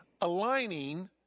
aligning